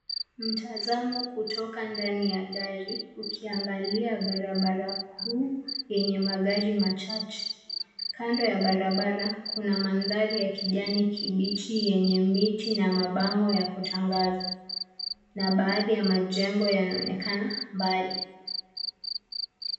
Mtazamo kutoka ndani ya gari ukiangalia barabara kuu yenye magari machache. Kando ya barabara kuna mandhari ya kijani kibichi yenye miti na mabango ya kutangaza, na baadhi ya majengo yanaonekana mbali.